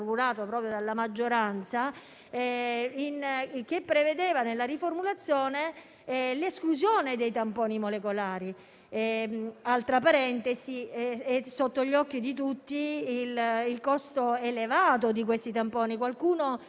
era stato riformulato proprio dalla maggioranza, che prevedeva nel nuovo testo l'esclusione dei tamponi molecolari. Altra parentesi: è sotto gli occhi di tutti il costo elevato di questi tamponi;